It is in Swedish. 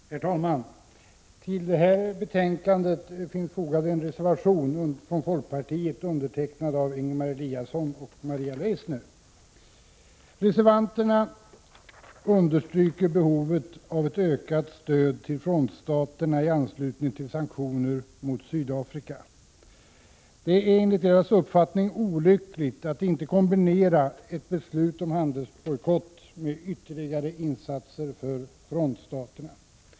Herr talman! Till detta betänkande har fogats en reservation av Ingemar Eliasson och Maria Leissner. Reservanterna understryker behovet av ett ökat stöd till frontstaterna i anslutning till sanktioner mot Sydafrika. Det är enligt deras uppfattning olyckligt att inte kombinera ett beslut om handelsbojkott med ytterligare insatser för frontstaterna.